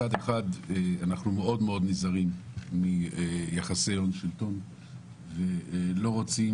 מצד אחד אנחנו נזהרים מיחסי הון-שלטון ולא רוצים